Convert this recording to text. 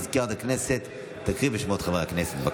סגנית מזכיר הכנסת תקרא בשמות חברי הכנסת.